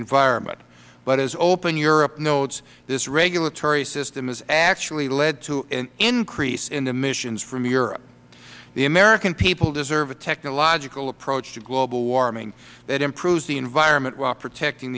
environment but as open europe notes this regulatory system has actually led to an increase in emissions from europe the american people deserve a technological approach to global warming that improves the environment while protecting